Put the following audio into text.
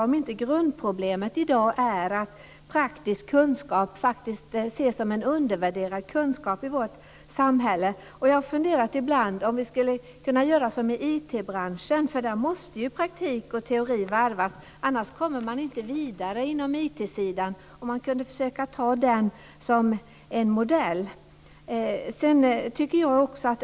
Är inte grundproblemet att praktisk kunskap i dag undervärderas i vårt samhälle? Vi borde kunna göra som i IT branschen. Där måste praktik och teori varvas, annars kommer man inte vidare. Man kunde försöka se det som en modell.